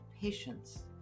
patience